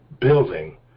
building